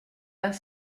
pas